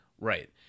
Right